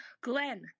Glenn